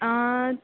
आ